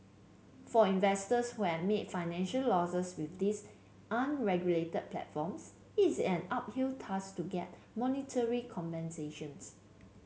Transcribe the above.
for investors who have made financial losses with these unregulated platforms it is an uphill task to get monetary compensations